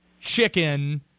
chicken